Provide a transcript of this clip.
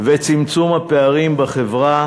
וצמצום הפערים בחברה